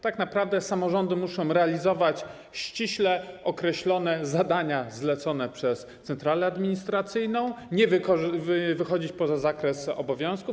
Tak naprawdę samorządy muszą realizować ściśle określone zadania zlecone przez centralę administracyjną, nie wychodzić poza zakres obowiązków.